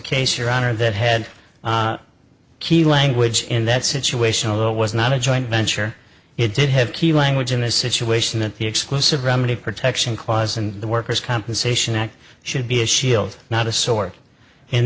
case your honor that head key language in that situation a little was not a joint venture it did have key language in a situation that the exclusive remedy protection clause and the workers compensation act should be a shield not a sword in